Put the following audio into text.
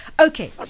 Okay